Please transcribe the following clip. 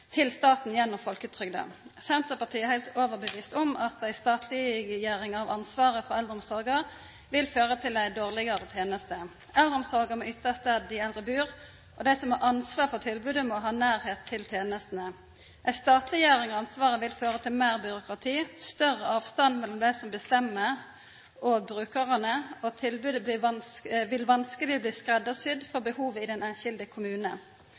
til staten gjennom folketrygda. Senterpartiet er heilt overtydd om at ei statleggjering av ansvaret for eldreomsorga vil føra til ei dårlegare teneste. Eldreomsorga må ytast der dei eldre bur, og dei som har ansvaret for tilbodet, må ha nærleik til tenestene. Ei statleggjering av ansvaret vil føra til meir byråkrati, større avstand mellom brukarane og dei som bestemmer, og tilbodet vil vanskeleg bli skreddarsydd for behovet i den einskilde